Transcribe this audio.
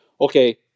okay